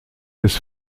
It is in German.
des